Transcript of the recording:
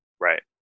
Right